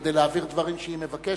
כדי להעביר דברים שהיא מבקשת.